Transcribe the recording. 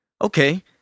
Okay